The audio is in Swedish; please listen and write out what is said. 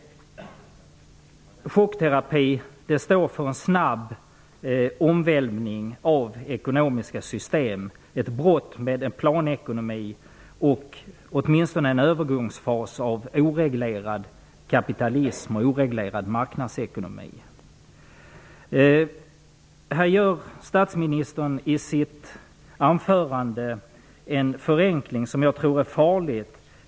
Chockterapi står för en snabb omvälvning av ekonomiska system, ett brott med en planekonomi och åtminstone en övergångsfas av oreglerad kapitalism och oreglerad marknadsekonomi. Här gör statsministern i sitt anförande en förenkling, som jag tror är farlig.